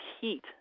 heat